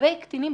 לגבי קטינים,